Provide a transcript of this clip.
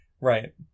Right